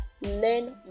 learn